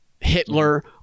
Hitler